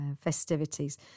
festivities